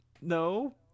No